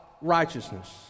righteousness